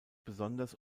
besonders